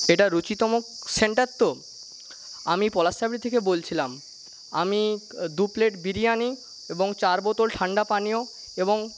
এটা রুচিতম সেন্টার তো আমি পলাশসাবড়ি থেকে বলছিলাম আমি দু প্লেট বিরিয়ানি এবং চার বোতল ঠান্ডা পানীয় এবং